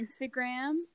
instagram